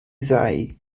ddau